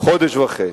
וחצי,